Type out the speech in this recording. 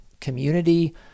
community